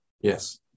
yes